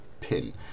pin